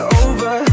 over